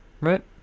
right